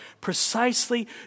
precisely